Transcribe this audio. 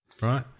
right